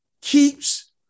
keeps